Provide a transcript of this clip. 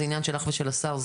זה עניין שלך ושל השר,